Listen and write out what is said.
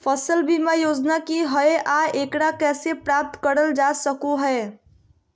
फसल बीमा योजना की हय आ एकरा कैसे प्राप्त करल जा सकों हय?